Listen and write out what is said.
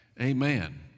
Amen